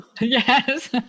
Yes